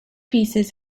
pieces